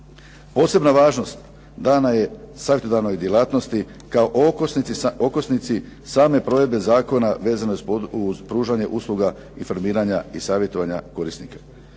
Posebna važnost dana je sagledanoj djelatnosti, kao okosnici same provedbe zakona vezane uz pružanja usluga, informiranja, savjetovanja korisnika.